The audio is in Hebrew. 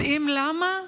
יודעים למה?